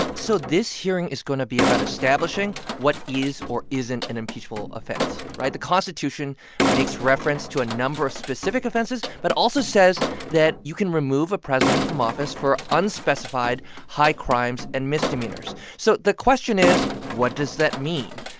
so this hearing is going to be about establishing what is or isn't an impeachable offense, right? the constitution makes reference to a number of specific offenses but also says that you can remove a president from office for unspecified high crimes and misdemeanors. so the question is, what does that mean?